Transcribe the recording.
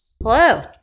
Hello